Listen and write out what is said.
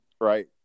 Right